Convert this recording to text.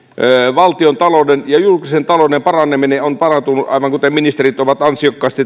valtiontalouden ja julkisen talouden tila on parantunut aivan kuten ministerit ovat ansiokkaasti